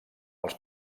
els